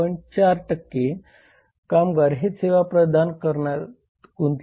4 कामगार हे सेवा प्रदान करण्यात गुंतलेले आहेत